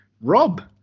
Rob